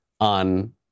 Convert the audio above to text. on